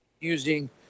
using